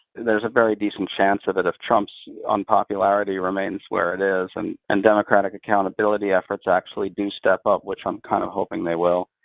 there's a very decent chance of that if trump's unpopularity remains where it is and and democratic accountability efforts actually do step up, which i'm kind of hoping they will.